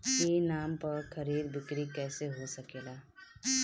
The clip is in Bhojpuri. ई नाम पर खरीद बिक्री कैसे हो सकेला?